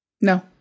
No